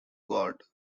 god